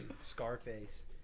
Scarface